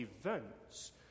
events